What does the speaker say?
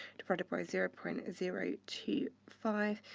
divided by zero point zero two five,